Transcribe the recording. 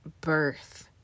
birth